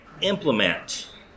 implement